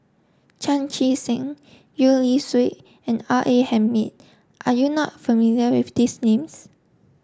Chan Chee Seng Gwee Li Sui and R A Hamid are you not familiar with these names